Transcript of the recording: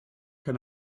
can